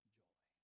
joy